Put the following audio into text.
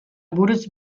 buruz